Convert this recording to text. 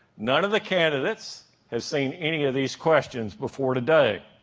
none of the candidates have seen any of these questions before today.